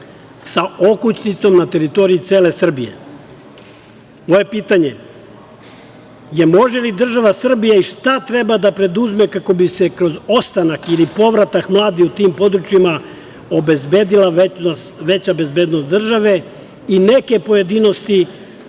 sa okućnicom na teritoriji cele Srbije. Moje pitanje – može li država Srbija i šta treba da preduzme kako bi se kroz ostanak ili povratak mladih u tim područjima obezbedila veća bezbednost države i neke pojedinosti